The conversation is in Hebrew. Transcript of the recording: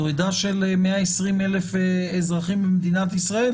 זו עדה של 120,000 אזרחים במדינת ישראל,